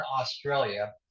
australia